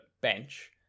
bench